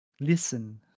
Listen